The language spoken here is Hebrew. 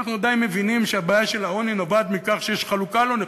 אנחנו די מבינים שהבעיה של העוני נובעת מכך שיש חלוקה לא נכונה.